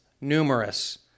numerous